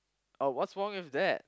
uh what's wrong with that